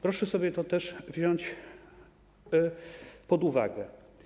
Proszę sobie to też wziąć pod uwagę.